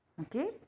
okay